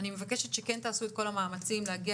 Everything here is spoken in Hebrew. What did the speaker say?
אני מבקשת שכן תעשו את כל המאמצים להגיע